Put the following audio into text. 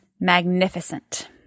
magnificent